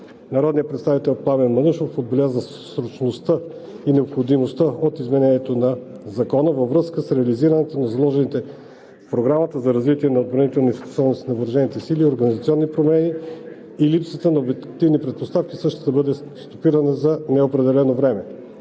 Народният представител Пламен Манушев отбеляза срочната необходимост от измененията в Закона във връзка с реализиране на заложените в Програма за развитие на отбранителните способности на въоръжените сили до 2032 г. организационни промени и липсата на обективни предпоставки същата да бъде стопирана за неопределено време.